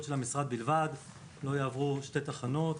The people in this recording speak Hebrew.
המשרד בלבד ולא יעברו שתי תחנות.